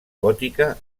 gòtica